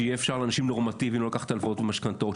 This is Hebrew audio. שיהיה אפשר לאנשים נורמטיביים לקחת הלוואות ומשכנתאות,